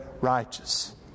righteous